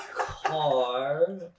car